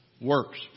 Works